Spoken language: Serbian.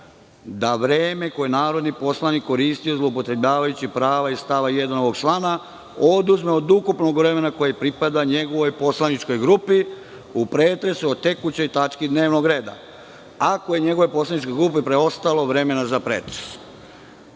da vreme koje je narodni poslanik koristio zloupotrebljavajući prava iz 1. ovog člana oduzme od ukupnog vremena koje pripada njegovoj poslaničkoj grupi u pretresu o tekućoj tački dnevnog reda, ako je njegovoj poslaničkoj grupi preostalo vremena za pretres. Da